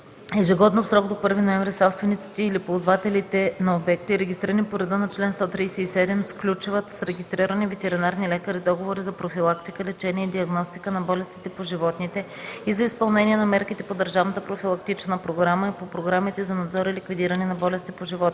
Ежегодно в срок до 1 ноември собствениците или ползвателите на обекти, регистрирани по реда на чл. 137, сключват с регистрирани ветеринарни лекари договори за профилактика, лечение и диагностика на болестите по животните и за изпълнение на мерките по държавната профилактична програма и по програмите за надзор и ликвидиране на болести по животните.